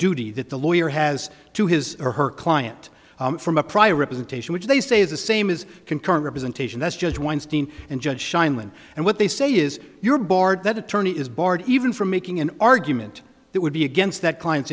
duty that the lawyer has to his or her client from a prior representation which they say is the same as concurrent representation that's judge weinstein and judge sheindlin and what they say is your board that attorney is barred even from making an argument that would be against that client